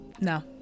No